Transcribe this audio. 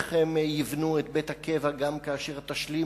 איך הם יבנו את בית הקבע גם כאשר תשלים